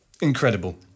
incredible